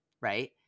right